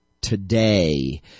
today